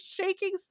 shaking